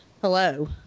hello